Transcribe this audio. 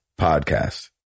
podcast